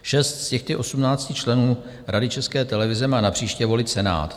Šest z těchto 18 členů Rady České televize má napříště volit Senát.